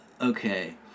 Okay